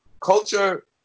culture